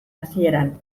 hasieran